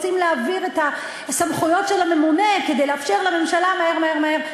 רוצים להעביר את הסמכויות של הממונה כדי לאפשר לממשלה מהר מהר מהר.